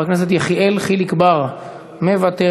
חבר הכנסת יחיאל חיליק בר מוותר.